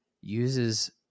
uses